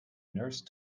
nurse